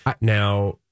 Now